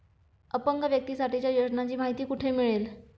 अपंग व्यक्तीसाठीच्या योजनांची माहिती कुठे मिळेल?